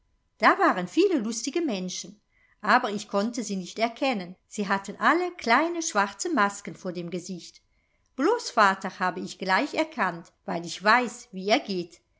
da waren viele lustige menschen aber ich konnte sie nicht erkennen sie hatten alle kleine schwarze masken vor dem gesicht blos vater habe ich gleich erkannt weil ich weiß wie er geht